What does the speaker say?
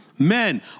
Men